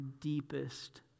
deepest